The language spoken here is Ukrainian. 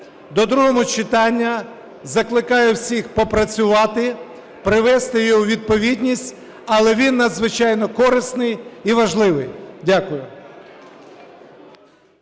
До другого читання закликаю всіх попрацювати, привести його у відповідність, але він надзвичайно корисний і важливий. Дякую.